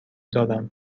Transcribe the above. دارم